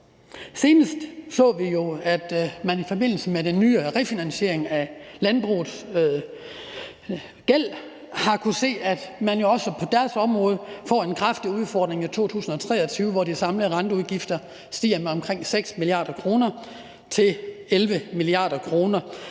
Senest har vi jo i forbindelse med den nye refinansiering af landbrugets gæld kunnet se, at man også på deres område får en kraftig udfordring i 2023, hvor de samlede renteudgifter stiger med omkring 6 mia. kr. til 11 mia. kr.